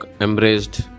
embraced